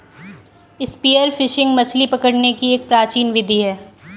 spear fishing मछली पकड़ने की एक प्राचीन विधि है